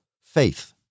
faith